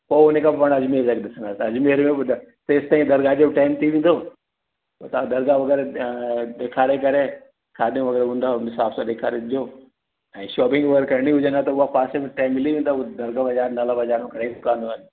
पोइ उन खां पोइ पाण अजमेर वरी ॾिसणु तेसिताईं दरगाह जो बि टाईंम थींदो त तव्हांखे दरगाह वग़ैरह ॾेखारे करे शॉपिंग वग़ैरह उन हिसाब सां ॾेखारे अचिजो ऐं शॉपिंग अगरि करिणी हुजेव त उहा तव्हां खे वग़ैरह मिली वेंदव दरगाह वग़ैरह हिनमहिल